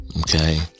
Okay